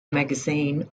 magazine